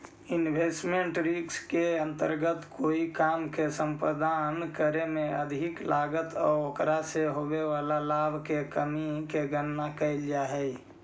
investment risk के अंतर्गत कोई काम के संपादन में अधिक लागत आउ ओकरा से होवे वाला लाभ के कमी के गणना कैल जा हई